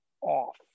off